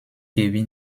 kevin